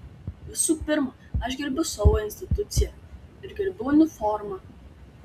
visų pirma aš gerbiu savo instituciją ir gerbiu uniformą